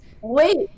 Wait